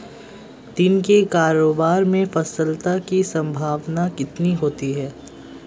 दिन के कारोबार में सफलता की संभावना कितनी होती है?